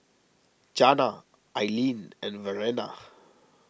Janna Ailene and Verena